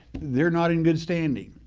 they're not in good standing.